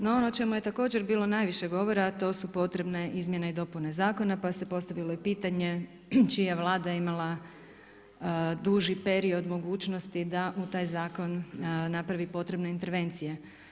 No ono o čemu je također bilo najviše govora a to su potrebne izmjene i dopune zakona, pa se postavilo i pitanje čija Vlada je imala duži period mogućnosti da u taj zakon napravi potrebne intervencije.